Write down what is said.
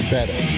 Better